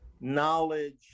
knowledge